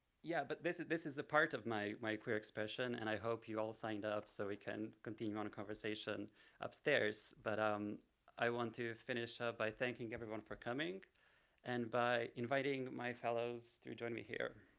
yeah, but this is this is a part of my my queer expression. and i hope you all signed up so we can continue on conversation upstairs. but um i want to finish by thanking everyone for coming and by inviting my fellows to join me here.